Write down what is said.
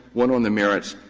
one on the merits.